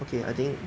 okay I think